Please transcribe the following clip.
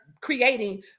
creating